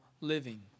living